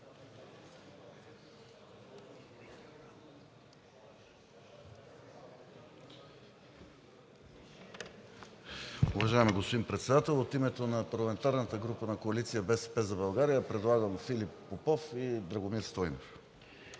Уважаеми господин Председател, от името на парламентарната група на Коалиция „БСП за България“ предлагам Филип Попов и Драгомир Стойнев.